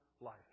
life